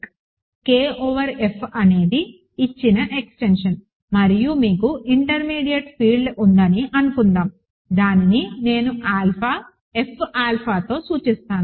K over F అనేది ఇచ్చిన extension మరియు మీకు ఇంటర్మీడియట్ ఫీల్డ్ ఉందని అనుకుందాం దానిని నేను ఆల్ఫా F ఆల్ఫాతో సూచిస్తాను